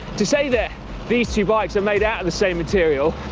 to say that these two bikes are made out of the same material,